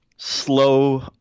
slow